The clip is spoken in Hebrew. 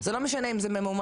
זה לא משנה אם זה ממומן,